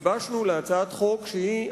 גיבשנו להצעת חוק שהיא,